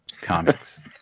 comics